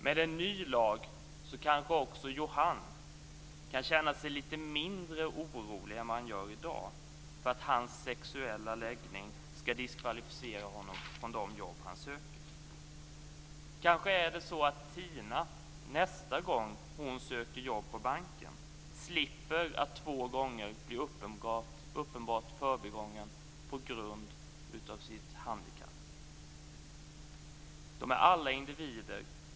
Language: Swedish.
Med en ny lag kanske också Johann kan känna sig lite mindre orolig än vad han gör i dag för att hans sexuella läggning skall diskvalificera honom från att få de jobb han söker. Kanske är det så att Tina nästa gång hon söker jobb på banken för andra gången slipper att bli uppenbart förbigången på grund av sitt handikapp. De är alla individer.